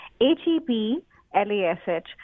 H-E-P-L-A-S-H